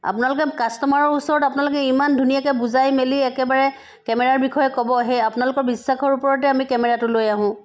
আপোনালোকে কাষ্টমাৰৰ ওচৰত আপোনালোকে ইমান ধুনীয়াকৈ বুজাই মেলি একেবাৰে কেমেৰাৰ বিষয়ে ক'ব সেই আপোনালোকৰ বিশ্বাসৰ ওপৰতে আমি কেমেৰাটো লৈ আহোঁ